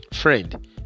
friend